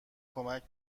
کمک